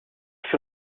fut